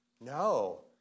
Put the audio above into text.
No